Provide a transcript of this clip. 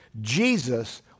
Jesus